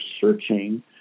searching